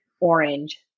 orange